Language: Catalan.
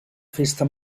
festa